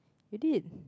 I did